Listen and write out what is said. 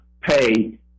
pay